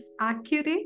accurate